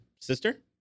sister